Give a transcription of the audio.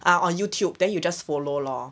uh on youtube then you just follow lor